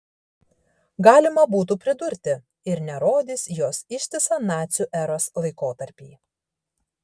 galima būtų pridurti ir nerodys jos ištisą nacių eros laikotarpį